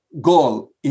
goal